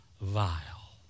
Vile